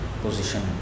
position